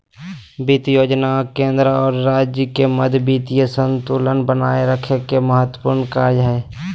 वित्त योजना केंद्र और राज्य के मध्य वित्तीय संतुलन बनाए रखे के महत्त्वपूर्ण कार्य हइ